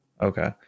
Okay